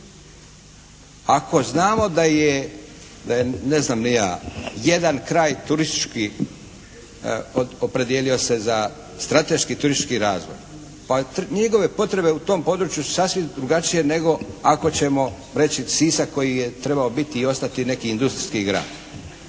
ne znam ni ja jedan kraj turistički opredijelio se za strateški turistički razvoj. Pa njegove potrebe u tom području su sasvim drugačije nego ako ćemo reći Sisak koji je trebao biti i ostati neki industrijski grad.